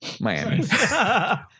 Miami